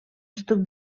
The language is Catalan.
estuc